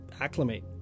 acclimate